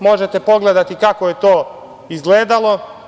Možete pogledati kako je to izgledalo.